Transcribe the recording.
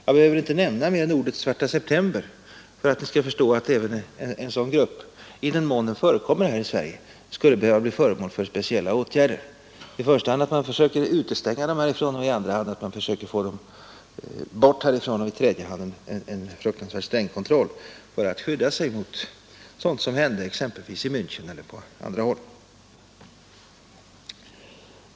Jag behöver inte nämna mer än namnet Svarta september för att ni skall förstå att även en sådan grupp i den mån den förekommer i Sverige skulle behöva bli föremål för speciella åtgärder — i första hand att utestänga den härifrån, i andra hand att försöka få bort den härifrån och i tredje hand en mycket sträng kontroll av den för att skydda oss från exempelvis det som hände i Mänchen och på andra håll.